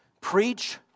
Preach